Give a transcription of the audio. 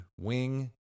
Wing